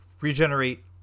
regenerate